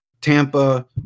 Tampa